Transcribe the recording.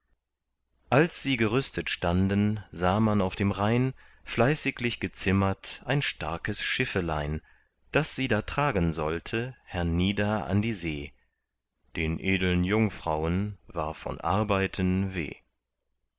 als sie gerüstet standen sah man auf dem rhein fleißiglich gezimmert ein starkes schiffelein das sie da tragen sollte hernieder an die see den edeln jungfrauen war von arbeiten weh